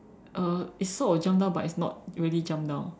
uh it's sort of jump down but it's not really jump down